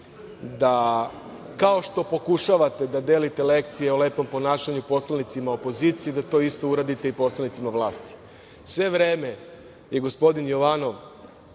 da, kao što pokušavate da delite lekcije o lepom ponašanju poslanicima opozicije, to isto uradite i poslanicima vlasti. Sve vreme je gospodin Jovanov